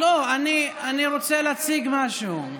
לא, אני רוצה להציג משהו.